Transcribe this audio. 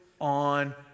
on